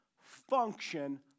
function